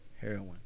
heroin